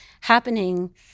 happening